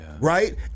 right